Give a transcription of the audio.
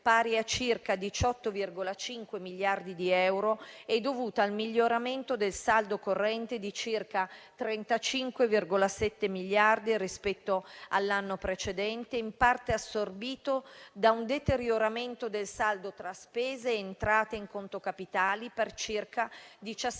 pari a circa 18,5 miliardi di euro, è dovuta al miglioramento del saldo corrente di circa 35,7 miliardi rispetto all'anno precedente, in parte assorbito da un deterioramento del saldo tra spese e entrate in conto capitale per circa 17,2